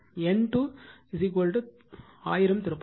N2 1000 திருப்பங்கள்